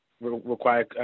require